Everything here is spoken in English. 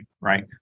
right